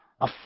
a